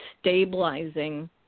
stabilizing